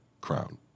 crown